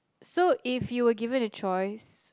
so if you were given a choice